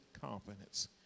confidence